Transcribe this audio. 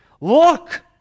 Look